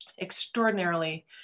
extraordinarily